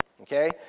Okay